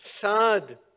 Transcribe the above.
sad